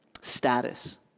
Status